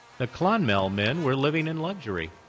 the clonmel men were living in luxury.